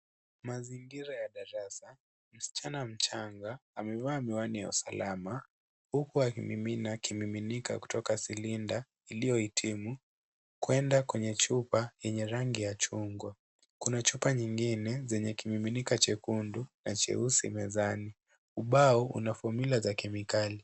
Mazingira ya darasa msichana mchanga amevaa miwani ya usalama, huku akimimina kimiminika kutoka silinda iliyohitimu kwenda kwenye chupa yenye rangi ya chungwa. Kuna chupa nyingine zenye kimiminika chekundu na cheusi mezani. Ubao una fomyula za kemikali.